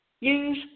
Use